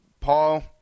Paul